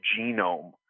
genome